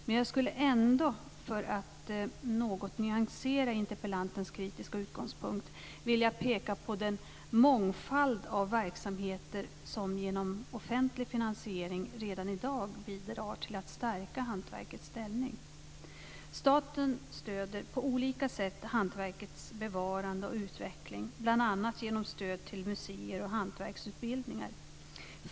Men jag skulle ändå, för att något nyansera interpellantens kritiska utgångspunkt, vilja peka på den mångfald av verksamheter som genom offentlig finansiering redan i dag bidrar till att stärka hantverkets ställning. Staten stöder på olika sätt hantverkets bevarande och utveckling, bl.a. genom stöd till museer och hantverksutbildningar.